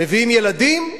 מביאים ילדים,